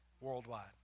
worldwide